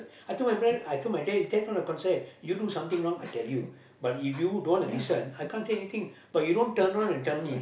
I told my parent I told my dad that's not the concept you do something wrong I tell you but if you don't want to listen I can't say anything but you don't turn on and tell me